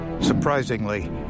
Surprisingly